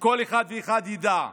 שכל אחד ואחד ידע,